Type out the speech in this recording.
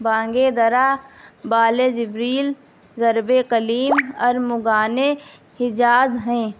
بانگ درا بال جبریل ضرب کلیم ارمغان حجاز ہیں